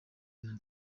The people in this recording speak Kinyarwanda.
taiwan